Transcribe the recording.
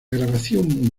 grabación